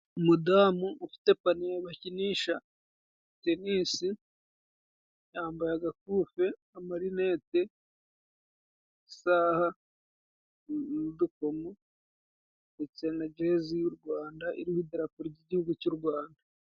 Umudamu ufite paniye bakinisha tenisi yambaye agakufe, amarineti, isaha n'dukomo ndetse na jezi y'u Rwanda iriho idarapo ry'igihugu cy'u Rwanda.